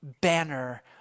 banner